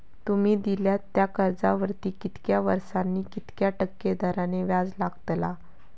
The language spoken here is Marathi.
तुमि दिल्यात त्या कर्जावरती कितक्या वर्सानी कितक्या टक्के दराने व्याज लागतला?